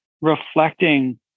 reflecting